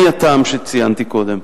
מהטעם שציינתי קודם,